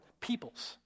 peoples